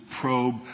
probe